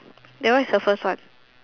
that one is her first one